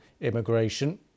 immigration